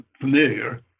familiar